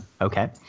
Okay